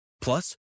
Plus